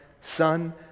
son